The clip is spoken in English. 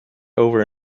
over